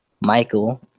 Michael